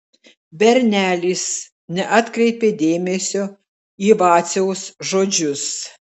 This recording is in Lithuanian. bernelis neatkreipė dėmesio į vaciaus žodžius